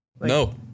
No